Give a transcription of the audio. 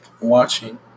watching